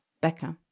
Becca